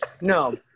no